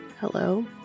Hello